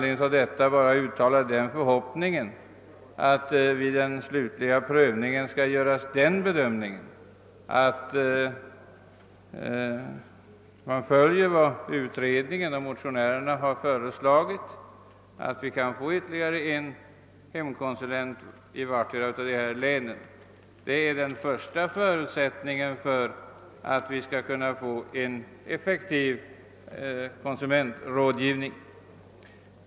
Jag vill bara uttala den förhoppningen att vid den slutliga prövningen skall följa vad utredningen och motionärerna har föreslagit, så att vi kan få ytterligare en hemkonsulent i vartdera av de nämnda länen. Detta är den första förutsättningen för att vi skall kunna få en effektiv konsumentrådgivning.